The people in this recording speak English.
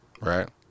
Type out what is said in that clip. Right